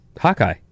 Hawkeye